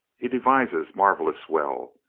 he devises marvelous well.